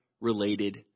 related